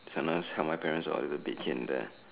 sometimes help my parents out with a bit here and there